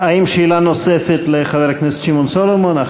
האם לחבר הכנסת שמעון סולומון יש שאלה נוספת?